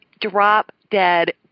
drop-dead